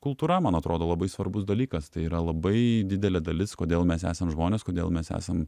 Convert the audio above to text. kultūra man atrodo labai svarbus dalykas tai yra labai didelė dalis kodėl mes esam žmonės kodėl mes esam